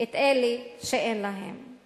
את אלה שאין להם.